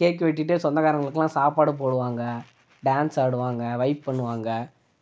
கேக்கு வெட்டிட்டு சொந்தக்காரங்வங்களுக்கலாம் சாப்பாடு போடுவாங்க டான்ஸ் ஆடுவாங்க வைப் பண்ணுவாங்க